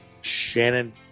Shannon